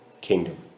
kingdom